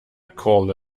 call